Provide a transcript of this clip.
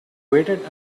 waited